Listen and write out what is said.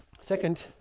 Second